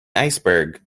iceberg